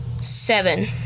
seven